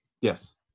Yes